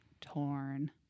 Torn